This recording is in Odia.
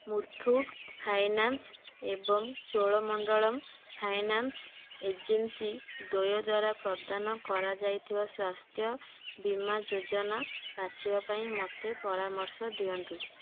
ମୁଥୁଟ୍ ଫାଇନାନ୍ସ୍ ଏବଂ ଚୋଳମଣ୍ଡଳମ୍ ଫାଇନାନ୍ସ୍ ଏଜେନ୍ସି ଦ୍ୱୟ ଦ୍ଵାରା ପ୍ରଦାନ କରାଯାଇଥିବା ସ୍ୱାସ୍ଥ୍ୟ ବୀମା ଯୋଜନା ବାଛିବା ପାଇଁ ମୋତେ ପରାମର୍ଶ ଦିଅନ୍ତୁ